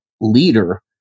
leader